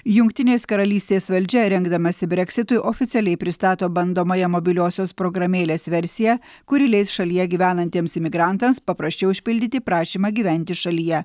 jungtinės karalystės valdžia rengdamasi breksitui oficialiai pristato bandomąją mobiliosios programėlės versiją kuri leis šalyje gyvenantiems imigrantams paprasčiau užpildyti prašymą gyventi šalyje